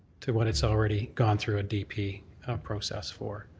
to what it's already gone through a dp process for.